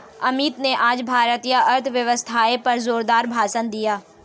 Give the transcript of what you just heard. अमित ने आज भारतीय अर्थव्यवस्था पर जोरदार भाषण दिया